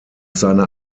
seiner